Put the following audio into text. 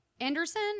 Anderson